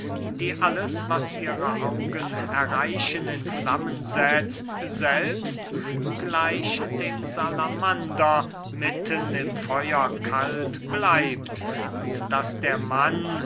die alles was ihre augen erreichen in flammen setzt selbst gleich dem salamander mitten im feuer kalt bleibt und daß der mann